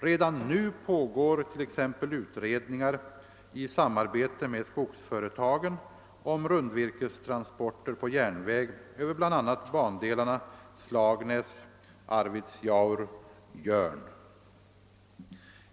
Redan nu pågår t.ex. utredningar i samarbete med skogsföretagen om rundvirkestransporter på järnväg över bl.a. bandelarna Slagsnäs—Arvidsjaur—Jörn.